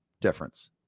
difference